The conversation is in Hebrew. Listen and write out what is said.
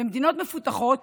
במדינות מפותחות